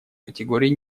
категории